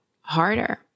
harder